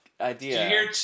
idea